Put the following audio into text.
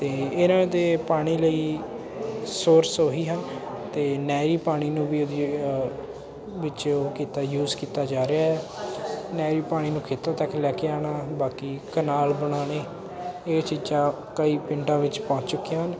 ਅਤੇ ਇਹਨਾਂ ਦੇ ਪਾਣੀ ਲਈ ਸੋਰਸ ਉਹੀ ਹਨ ਅਤੇ ਨਹਿਰੀ ਪਾਣੀ ਨੂੰ ਵੀ ਉਹਦੇ ਵਿੱਚ ਉਹ ਕੀਤਾ ਯੂਸ ਕੀਤਾ ਜਾ ਰਿਹਾ ਨਹਿਰੀ ਪਾਣੀ ਨੂੰ ਖੇਤਾਂ ਤੱਕ ਲੈ ਕੇ ਆਉਣਾ ਬਾਕੀ ਕਨਾਲ ਬਣਾਉਣੇ ਇਹ ਚੀਜ਼ਾਂ ਕਈ ਪਿੰਡਾਂ ਵਿੱਚ ਪਹੁੰਚ ਚੁੱਕੀਆਂ ਹਨ